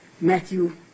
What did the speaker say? Matthew